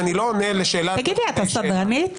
את הסדרנית?